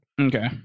Okay